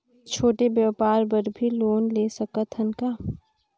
छोटे व्यापार बर भी लोन ले सकत हन का?